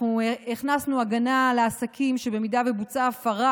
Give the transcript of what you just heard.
אנחנו הכנסנו הגנה לעסקים שאם בוצעה הפרה